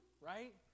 right